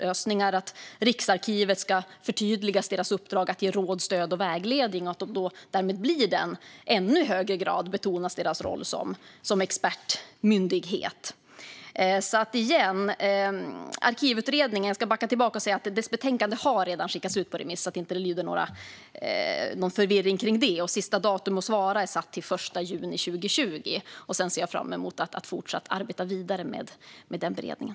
Det gäller även lösningar för hur Riksarkivets uppdrag att ge råd, stöd och vägledning ska förtydligas. Dess roll som expertmyndighet betonas därmed i ännu högre grad. Jag ska säga att Arkivutredningens betänkande redan har skickats ut på remiss, så att det inte råder någon förvirring kring det. Sista datum för att svara är den 1 juni 2020. Jag ser fram emot att arbeta vidare med den beredningen.